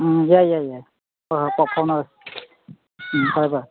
ꯎꯝ ꯌꯥꯏ ꯌꯥꯏ ꯌꯥꯏ ꯍꯣꯏ ꯍꯣꯏ ꯄꯥꯎ ꯐꯥꯎꯅꯔꯁꯤ ꯎꯝ ꯐꯔꯦ ꯐꯔꯦ